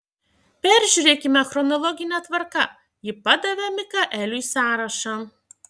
peržiūrėkime chronologine tvarka ji padavė mikaeliui sąrašą